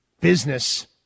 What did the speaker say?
Business